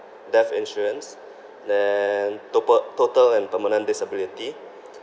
death insurance then topa~ total and permanent disability